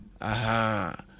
Aha